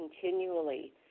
continually